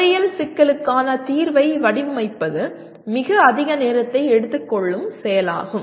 பொறியியல் சிக்கலுக்கான தீர்வை வடிவமைப்பது மிக அதிக நேரத்தை எடுத்துக்கொள்ளும் செயலாகும்